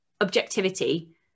objectivity